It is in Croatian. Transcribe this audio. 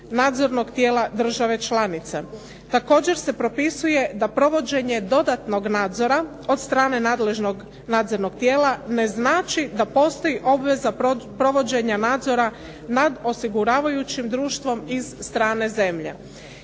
nadzornog tijela države članice. Također se propisuje da provođenje dodatnog nadzora od strane nadležnog nadzornog tijela ne znači da postoji obveza provođenja nadzora nad osiguravajućim društvom iz strane zemlje.